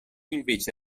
invece